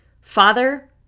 Father